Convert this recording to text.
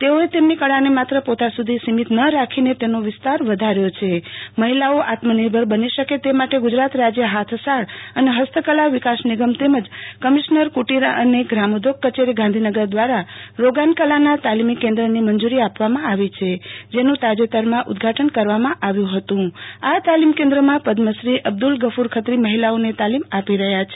તેઓએ તેમની કળાને માત્ર પોતા સુધી સીમિત ન રાખીને તેનો વિસ્તાર વધાર્યો છે મહિલાઓ આત્મનિર્ભર બની શકે તે માટે ગુજરાત રાજ્ય હાથસાળ અને હસ્તકલા વીકાસ નિગમ તેમજ કમિશનર કુટિર અને ગ્રામોદ્યોગ કચેરી ગાંધીનગર દ્વારા રોગાનકલાના તાલમી કેન્દ્રની મંજૂરી આપવામાં આવી છે જેનું તાજેતરમાં ઉઘ્ઘાટન કરવામાં આવ્યું હતું આ તાલીમ કેન્દ્રમાં પદ્મશ્રી અબ્દુલગકુર ખત્રી મહિલાઓને તાલીમ આપી રહ્યા છે